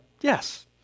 Yes